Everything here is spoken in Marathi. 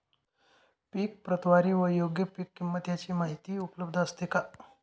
पीक प्रतवारी व योग्य पीक किंमत यांची माहिती उपलब्ध असते का?